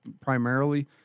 primarily